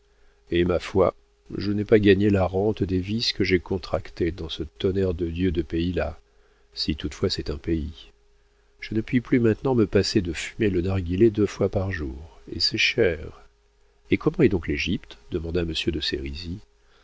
et ma foi je n'ai pas gagné la rente des vices que j'ai contractés dans ce tonnerre de dieu de pays-là si toutefois c'est un pays je ne puis plus maintenant me passer de fumer le narguilé deux fois par jour et c'est cher et comment est donc l'égypte demanda monsieur de